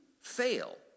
fail